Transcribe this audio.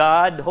God